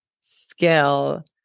skill